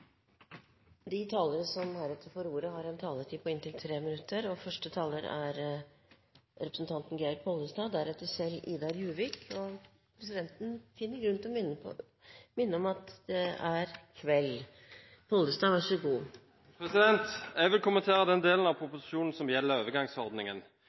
De talere som heretter får ordet, har en taletid på inntil 3 minutter. Presidenten finner grunn til å minne om at det er kveld. Jeg vil kommentere den delen av